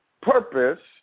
Purpose